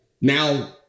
Now